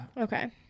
okay